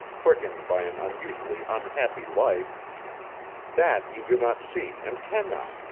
quickened by an unusually unhappy life that you do not see and cannot,